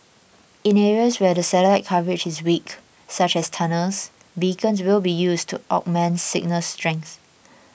in areas where the satellite coverage is weak such as tunnels beacons will be used to augment signal strength